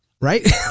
right